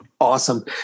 awesome